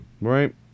Right